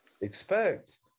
expect